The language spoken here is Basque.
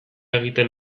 egiten